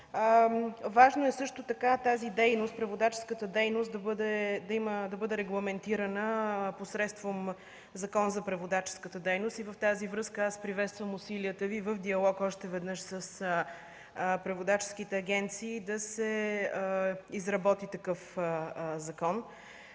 Важно е също така преводаческата дейност да бъде регламентирана посредством Закона за преводаческата дейност и в тази връзка аз приветствам усилията Ви в диалог още веднъж с преводаческите агенции да се изработи такъв закон.